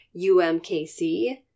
UMKC